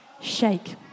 Shake